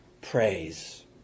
praise